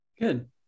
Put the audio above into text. good